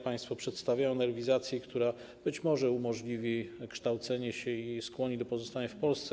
Państwo przedstawiają nowelizację, która być może umożliwi kształcenie się i skłoni do pozostania w Polsce.